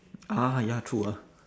ah ya true ah